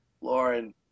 Lauren